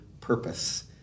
purpose